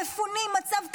יש מצב כלכלי,